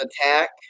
attack